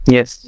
Yes